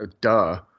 duh